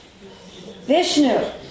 Vishnu